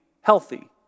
healthy